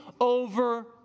over